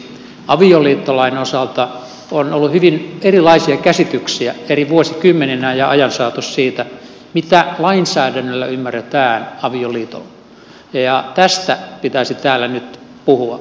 avioliittolain osalta on ollut hyvin erilaisia käsityksiä eri vuosikymmeninä ja ajan saatossa siitä mitä lainsäädännössä avioliitolla ymmärretään ja tästä pitäisi täällä nyt puhua